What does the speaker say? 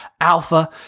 alpha